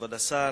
כבוד השר,